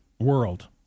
world